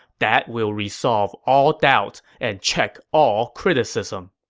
that will resolve all doubts and check all criticism.